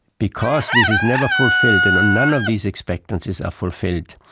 because this is never fulfilled and none of these expectancies are fulfilled,